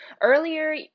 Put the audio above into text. Earlier